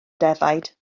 defaid